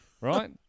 right